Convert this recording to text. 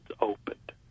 opened